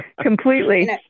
completely